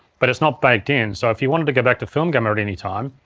but it's not baked in so if you wanted to go back to film gamma at any time,